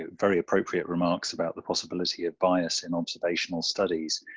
very appropriate remarks about the possibility of bias in observational studies.